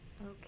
Okay